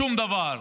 שום דבר.